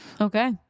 Okay